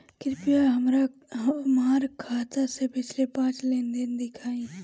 कृपया हमरा हमार खाते से पिछले पांच लेन देन दिखाइ